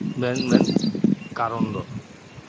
ᱢᱮᱱ ᱢᱮᱱ ᱠᱟᱨᱚᱱ ᱫᱚ